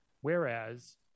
whereas